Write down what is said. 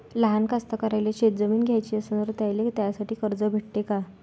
लहान कास्तकाराइले शेतजमीन घ्याची असन तर त्याईले त्यासाठी कर्ज भेटते का?